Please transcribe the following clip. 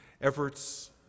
efforts